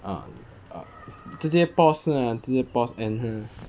ah ah 直接 pause 是吗直接 pause end 它